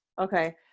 Okay